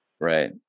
Right